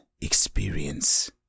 experience